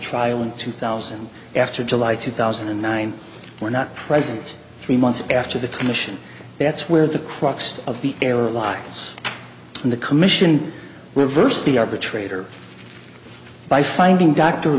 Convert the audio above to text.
trial in two thousand after july two thousand and nine were not present three months after the commission that's where the crux of the error lives in the commission reversed the arbitrator by finding dr